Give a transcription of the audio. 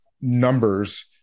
numbers